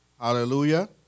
Hallelujah